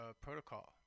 protocol